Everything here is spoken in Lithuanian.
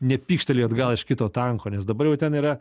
nepykštelėjo atgal iš kito tanko nes dabar jau ten yra